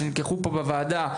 שנלקחו פה בוועדה,